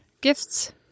gifts